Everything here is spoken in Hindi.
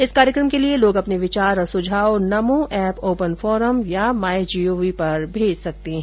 इस कार्यक्रम के लिए लोग अपने विचार और सुझाव नमो एप ओपन फोरम या माय जीओवी पर भेज सकते है